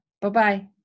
Bye-bye